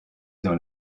dans